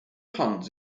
huns